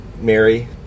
Mary